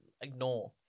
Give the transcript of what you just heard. ignore